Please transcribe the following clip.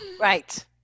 Right